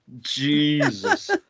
Jesus